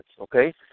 okay